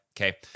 Okay